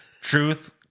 Truth